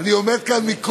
לא ידעתי שאתה מסכם.